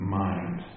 mind